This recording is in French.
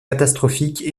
catastrophiques